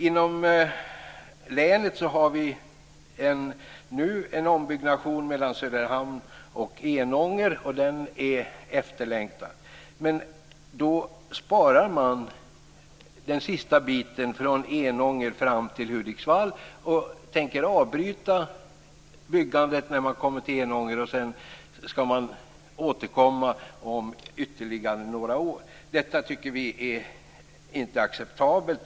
Inom länet har vi nu en ombyggnation mellan Söderhamn och Enånger, och den är efterlängtad. Men då sparar man den sista biten från Enånger fram till Hudiksvall och tänker avbryta byggandet när man kommer till Enånger. Man skall återkomma om ytterligare några år. Detta tycker vi inte är acceptabelt.